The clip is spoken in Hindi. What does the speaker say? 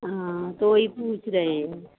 हाँ तो वही पूछ रहे हैं